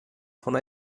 von